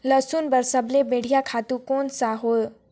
लसुन बार सबले बढ़िया खातु कोन सा हो?